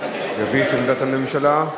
יביא את עמדת הממשלה.